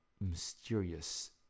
mysterious